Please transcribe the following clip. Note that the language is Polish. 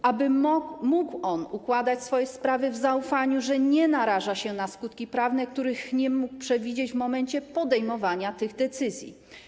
Po to aby mógł on układać swoje sprawy w zaufaniu, że nie naraża się na skutki prawne, których nie mógł przewidzieć w momencie podejmowania tych decyzji.